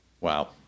Wow